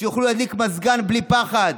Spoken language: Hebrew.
כך שיוכלו להדליק מזגן בלי פחד,